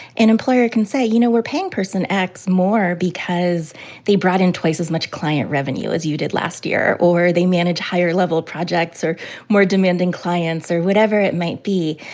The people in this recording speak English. an employer can say, you know, we're paying person x more because they brought in twice as much client revenue as you did last year, or they manage higher level projects, or more demanding clients, or whatever it might be.